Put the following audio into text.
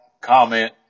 comment